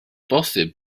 bosib